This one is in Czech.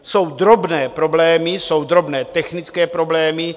Jsou drobné problémy, jsou drobné technické problémy.